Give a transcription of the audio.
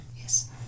Yes